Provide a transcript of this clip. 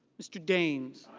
mr. daines.